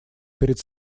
перед